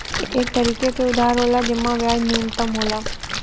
एक तरीके के उधार होला जिम्मे ब्याज न्यूनतम होला